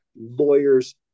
lawyer's